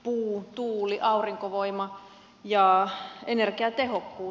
puu tuuli aurinkovoima ja energiatehokkuus